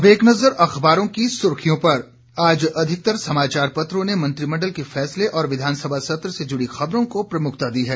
अब एक नजर अखबारों की सर्खियों पर आज अधिकतर समाचार पत्रों ने मंत्रिमंडल के फैसले और विधानसभा सत्र से जुड़ी खबरों को प्रमुखता दी है